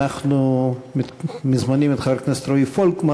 אנחנו מזמינים את חבר הכנסת רועי פולקמן